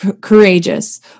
courageous